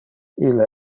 ille